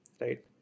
right